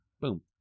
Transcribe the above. Boom